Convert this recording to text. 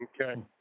Okay